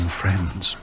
friends